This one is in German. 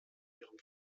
ihrem